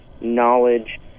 knowledge